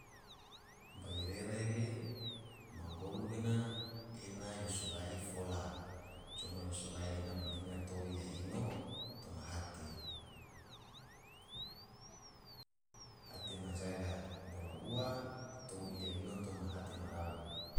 Bairere ge ma golu gena ena yo so gahi fola coma yo so gahi ena ma linga tou iya ino toma hate majaga bolo ua tou iya ino toma hate marau.